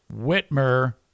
Whitmer